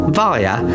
via